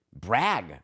brag